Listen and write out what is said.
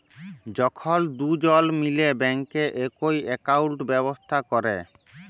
যখল দুজল মিলে ব্যাংকে একই একাউল্ট ব্যবস্থা ক্যরে